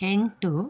ಎಂಟು